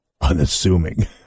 Unassuming